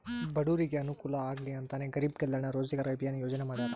ಬಡೂರಿಗೆ ಅನುಕೂಲ ಆಗ್ಲಿ ಅಂತನೇ ಗರೀಬ್ ಕಲ್ಯಾಣ್ ರೋಜಗಾರ್ ಅಭಿಯನ್ ಯೋಜನೆ ಮಾಡಾರ